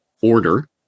order